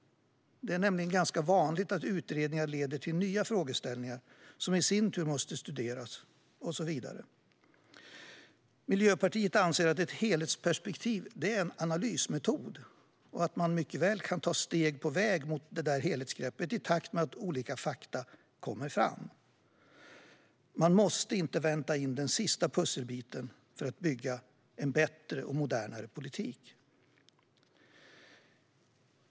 Det är ju ganska vanligt att utredningar leder till nya frågeställningar som i sin tur måste studeras och så vidare. Miljöpartiet anser att ett helhetsperspektiv är en analysmetod och att man mycket väl kan ta steg på vägen mot helhetsgreppet i takt med att olika fakta kommer fram. Man måste inte vänta in den sista pusselbiten för att bygga en bättre och modernare politik.